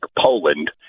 Poland